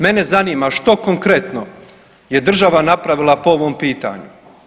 Mene zanima što konkretno je država na pravila po ovom pitanju?